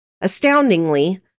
Astoundingly